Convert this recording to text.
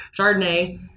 Chardonnay